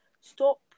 stop